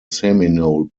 seminole